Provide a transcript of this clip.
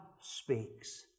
speaks